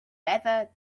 better